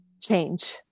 change